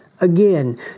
Again